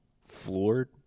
floored